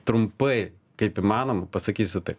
trumpai kaip įmanoma pasakysiu taip